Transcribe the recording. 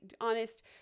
honest